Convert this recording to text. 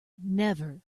never